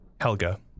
Helga